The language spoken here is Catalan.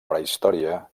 prehistòria